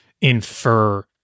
infer